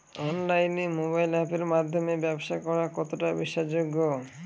অনলাইনে মোবাইল আপের মাধ্যমে ব্যাবসা করা কতটা বিশ্বাসযোগ্য?